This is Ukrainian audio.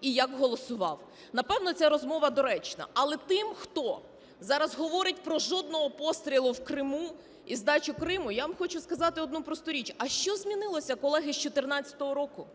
і як голосував. Напевно, ця розмова доречна. Але тим, хто зараз говорить про "жодного пострілу в Криму" і здачу Криму, я вам хочу сказати одну просту річ. А що змінилося, колеги, з 2014 року?